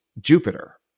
Jupiter